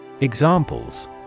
Examples